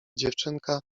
dziewczynka